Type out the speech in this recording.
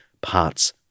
parts